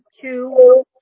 two